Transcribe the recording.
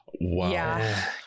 Wow